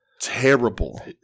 terrible